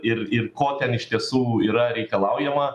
ir ir ko ten iš tiesų yra reikalaujama